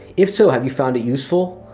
if so, have you found it useful?